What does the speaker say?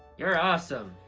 you're awesome!